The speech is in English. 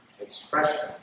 expression